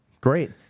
great